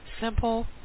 Simple